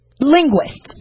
Linguists